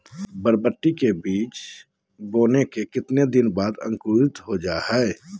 बरबटी के बीज बोने के कितने दिन बाद अंकुरित हो जाता है?